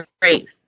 great